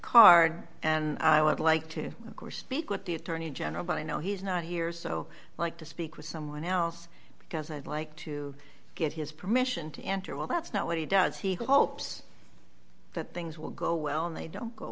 card and i would like to of course speak with the attorney general but i know he's not here so like to speak with someone else because i'd like to get his permission to enter well that's not what he does he hopes but things will go well they don't go